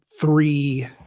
three